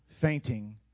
fainting